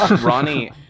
Ronnie